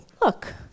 look